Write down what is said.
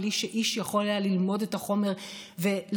בלי שאיש היה יכול ללמוד את החומר ולקבל